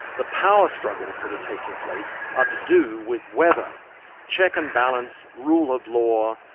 the power struggles that are taking place are to do with whether check and balance, rule of law,